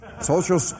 Social